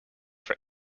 for